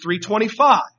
3.25